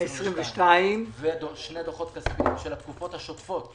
ה-22 ושני דוחות כספיים של התקופות השוטפות